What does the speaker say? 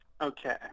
Okay